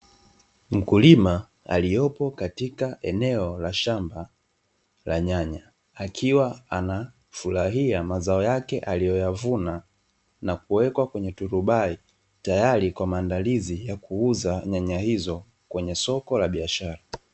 Mkulima aliyopo katika eneo la shamba la nyanya, akiwa anafurahia mazao yake aliyoyavuna na kuwekwa kwenye turubai , tayari kwa maandalizi ya kuuza nyanya hizo kwenye soko la biashara.